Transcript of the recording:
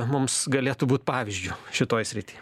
mums galėtų būt pavyzdžiu šitoj srity